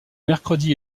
mercredi